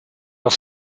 aus